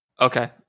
Okay